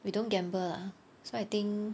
we don't gamble lah so I think